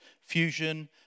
Fusion